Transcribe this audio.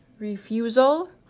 Refusal